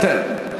אדוני היושב-ראש,